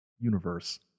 universe